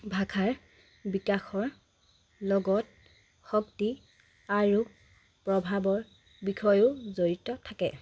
ভাষাৰ বিকাশৰ লগত শক্তি আৰু প্ৰভাৱৰ বিষয়েও জড়িত থাকে